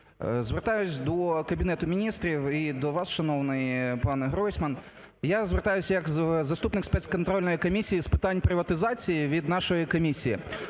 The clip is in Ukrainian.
Звертаюсь до Кабінету Міністрів і до вас, шановний пане Гройсман. Я звертаюсь як заступник Спецконтрольної комісії з питань приватизації від нашої комісії.